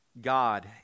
God